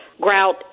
grout